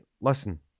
listen